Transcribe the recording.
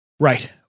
Right